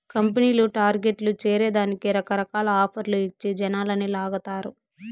కంపెనీలు టార్గెట్లు చేరే దానికి రకరకాల ఆఫర్లు ఇచ్చి జనాలని లాగతారు